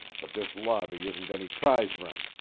but this lobby isn't any prize ring.